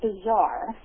bizarre